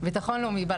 ביטחון לאומי.